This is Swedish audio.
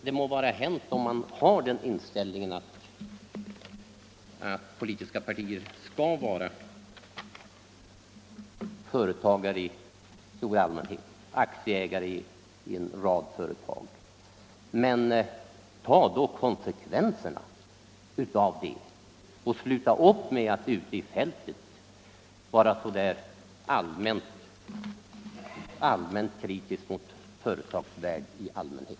Det må vara hänt om man har den inställningen att politiska partier skall vara företagare i största allmänhet, aktieägare i en rad företag. Men ta då konsekvenserna av det och sluta upp med att ute på fältet vara kritiska mot företagsvärlden i allmänhet!